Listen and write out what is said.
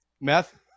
meth